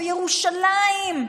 ירושלים,